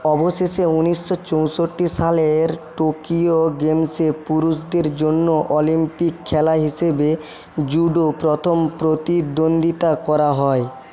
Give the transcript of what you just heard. অবশেষে উনিশশো চৌষট্টি সালের টোকিও গেমসে পুরুষদের জন্য অলিম্পিক খেলা হিসেবে জুডো প্রথম প্রতিদ্বন্দ্বিতা করা হয়